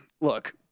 look